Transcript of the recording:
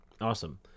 Awesome